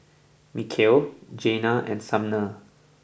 Mikal Janiah and Sumner